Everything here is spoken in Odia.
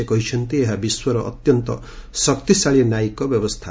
ସେ କହିଛନ୍ତି ଏହା ବିଶ୍ୱର ଅତ୍ୟନ୍ତ ଶକ୍ତିଶାଳୀ ନ୍ୟାୟିକ ବ୍ୟବସ୍ଥା